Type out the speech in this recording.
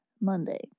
Monday